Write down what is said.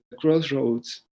crossroads